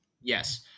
Yes